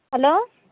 hello